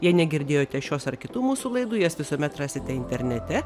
jei negirdėjote šios ar kitų mūsų laidų jas visuomet rasite internete